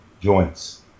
joints